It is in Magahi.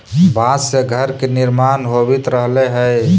बाँस से घर के निर्माण होवित रहले हई